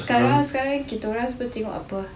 sekarang sekarang kita orang semua tengok apa